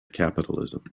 capitalism